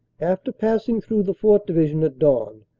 after passing through the fourth. division at dawn,